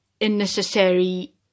unnecessary